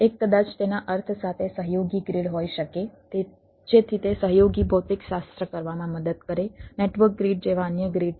એક કદાચ તેના અર્થ સાથે સહયોગી ગ્રીડ હોઈ શકે જેથી તે સહયોગી ભૌતિકશાસ્ત્ર કરવામાં મદદ કરે નેટવર્ક ગ્રીડ જેવા અન્ય ગ્રીડ છે